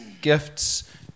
gifts